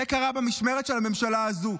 זה קרה במשמרת של הממשלה הזאת.